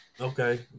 Okay